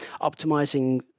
optimizing